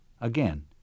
Again